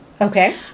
Okay